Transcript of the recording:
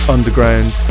underground